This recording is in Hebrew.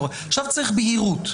עכשיו צריך בהירות.